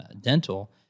dental